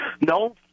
no